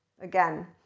again